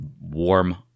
warm